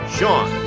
Sean